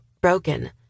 broken